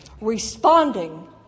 Responding